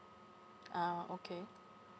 ah okay